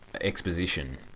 exposition